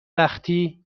وقتی